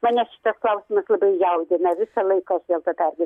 mane šitas klausimas labai jaudina visą laiką aš dėl to pergyvenu